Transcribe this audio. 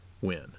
win